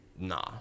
nah